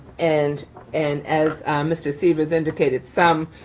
and and as mr. sievers indicated, some